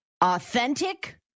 Authentic